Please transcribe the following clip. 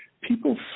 people